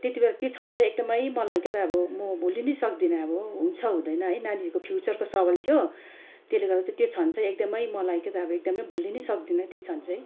त्यति बेला त्यो क्षण चाहिँ एकदमै मलाई क्या त अब म भुल्नु नै सक्दिनँ अब हुन्छ हुँदैन है नानीहरूको फ्युचरको सवाल थियो त्यसले गर्दा चाहिँ त्यो क्षण चाहिँ एकदमै मलाई के त अब भुल्नु नै सक्दिनँ त्यो क्षण चाहिँ